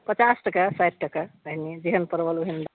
पचास टाका साठि टाका पहिने जेहन परवल ओहन